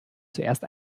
zuerst